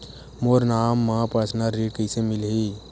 मोर नाम म परसनल ऋण कइसे मिलही?